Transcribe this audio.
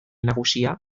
nagusia